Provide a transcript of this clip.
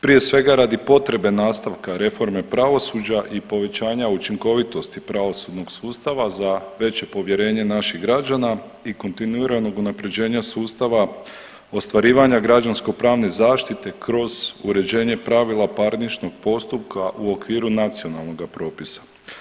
Prije svega radi potrebe nastavka reforme pravosuđa i povećanja učinkovitosti pravosudnog sustava za veće povjerenje naših građana i kontinuiranog unapređenja sustava, ostvarivanja građansko-pravne zaštite kroz uređenje pravila parničnog postupka u okviru nacionalnoga propisa.